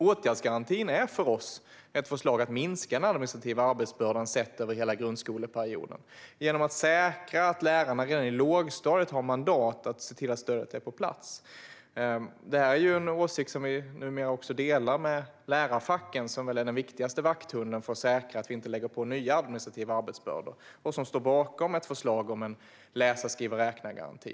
Åtgärdsgarantin är för oss ett förslag för att minska den administrativa arbetsbördan, sett över hela grundskoleperioden, genom att säkra att lärarna redan i lågstadiet har mandat att se till att stödet är på plats. Det är en åsikt som vi numera delar med lärarfacken, som är den viktigaste vakthunden för att säkra att vi inte lägger på nya administrativa arbetsbördor. De står också bakom ett förslag om en läsa-skriva-räkna-garanti.